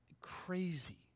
crazy